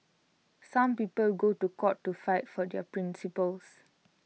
some people go to court to fight for their principles